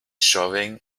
shoving